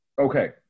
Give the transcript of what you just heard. Okay